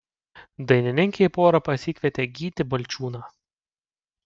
dainininkė į porą pasikvietė gytį balčiūną